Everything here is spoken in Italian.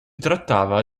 trattava